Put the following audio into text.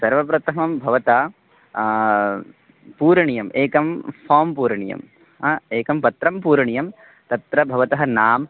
सर्वप्रथमं भवता पूरणीयम् एकं फ़ाम् पूरणीयं एकं पत्रं पूरणीयं तत्र भवतः नाम